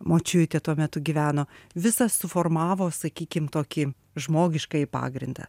močiutė tuo metu gyveno visa suformavo sakykim tokį žmogiškąjį pagrindą